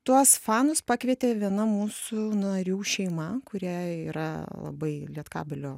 tuos fanus pakvietė viena mūsų narių šeima kurie yra labai lietkabelio